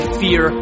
fear